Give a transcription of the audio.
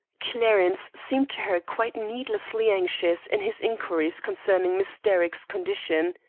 clarence seemed to her quite needlessly anxious in his inquiries concerning miss derrick's condition.